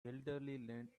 elderly